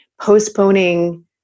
postponing